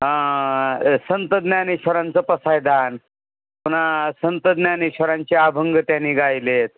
ह संतज्ञाननेश्वरांचं पसायदान पुन्हा संतज्ञाननेश्वरांचे अभंग त्यानी गायले आहेत